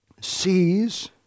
sees